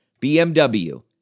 BMW